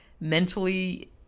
mentally